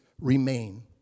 remain